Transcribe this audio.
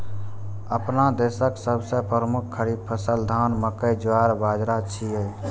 अपना देशक सबसं प्रमुख खरीफ फसल धान, मकई, ज्वार, बाजारा छियै